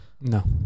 no